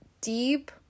deep